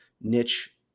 niche